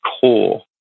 core